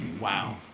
Wow